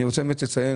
אני רוצה לסיים.